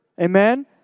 Amen